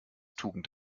tugend